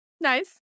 Nice